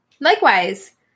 Likewise